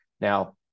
Now